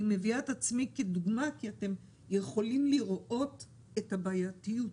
אני מביאה את עצמי כדוגמה כי אתם יכולים לראות את הבעייתיות,